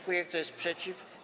Kto jest przeciw?